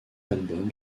album